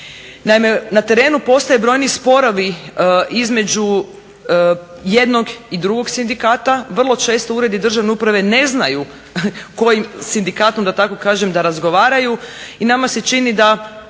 na terenu postoje brojni sporovi između jednog i drugog sindikata. Vrlo često uredi državne uprave ne znaju kojim sindikatom, da tako kažem da razgovaraju i nama se čini da